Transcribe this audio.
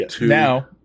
Now